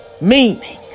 meaning